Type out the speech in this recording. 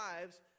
lives